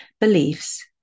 beliefs